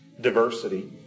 diversity